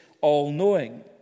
all-knowing